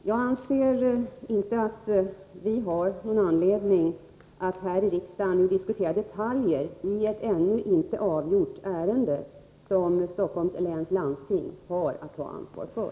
Jag anser inte att vi har någon anledning att här i riksdagen diskutera detaljer i ett ännu inte avgjort ärende, som Stockholms läns landsting har att ta ansvar för.